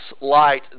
light